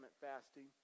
fasting